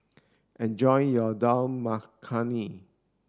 enjoy your Dal Makhani